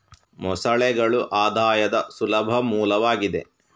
ಮೊಸಳೆಗಳು ಆದಾಯದ ಸುಲಭ ಮೂಲವಾಗಿದೆ